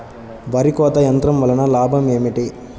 వరి కోత యంత్రం వలన లాభం ఏమిటి?